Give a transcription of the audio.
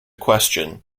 question